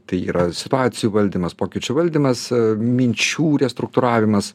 tai yra situacijų valdymas pokyčių valdymas minčių restruktūravimas